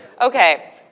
Okay